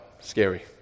scary